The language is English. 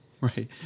right